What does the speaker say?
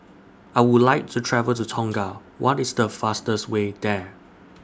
I Would like to travel to Tonga What IS The fastest Way There